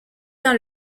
dans